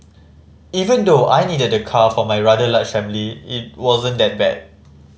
even though I needed the car for my rather large family it wasn't that bad